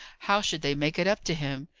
how should they make it up to him?